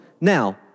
Now